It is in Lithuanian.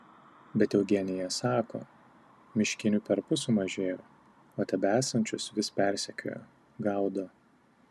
bet eugenija sako miškinių perpus sumažėjo o tebesančius vis persekioja gaudo